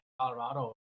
Colorado